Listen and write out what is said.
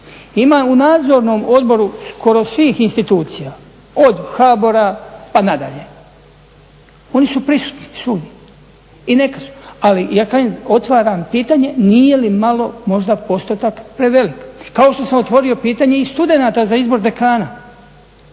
Ima u nadzornom odboru skoro svih institucija, od HBOR-a pa nadalje. Oni su prisutni svugdje, i neka su. Ali ja otvaram pitanje nije li malo možda postotak prevelik? Kao što sam otvorio pitanje i studenata za izbor dekana.